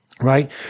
right